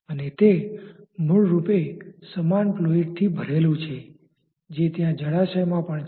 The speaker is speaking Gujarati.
અને તે મૂળરૂપે સમાન ફ્લુઈડથી ભરેલું છે જે ત્યાં જળાશયમાં પણ છે